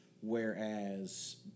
whereas